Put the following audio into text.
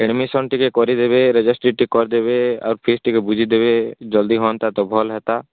admission ଟିକେ କରିଦେବେ registry ଟିକେ କରିଦେବେ ଆଉ ଫିସ୍ ଟିକେ ବୁଝିଦେବେ ଜଲ୍ଦି ହୁଅନ୍ତା ତ ଭଲ ହୁଅନ୍ତା